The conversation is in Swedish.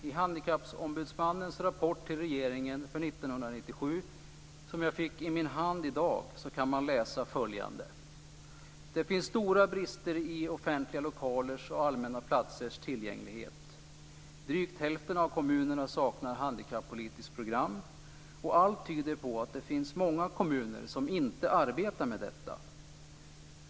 I Handikappombudsmannens rapport till regeringen för 1997, som jag fick i min hand i dag, kan man läsa följande: Det finns stora brister i offentliga lokalers och allmänna platsers tillgänglighet. Drygt hälften av kommunerna saknar handikappolitiskt program, och allt tyder på att det finns många kommuner som inte arbetar med detta.